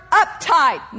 uptight